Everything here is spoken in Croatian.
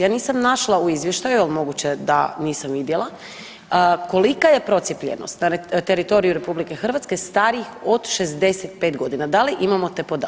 Ja nisam našla u izvještaju, al moguće da nisam vidjela, kolika je procijepljenost na teritoriju RH starijih od 65.g., da li imamo te podatke?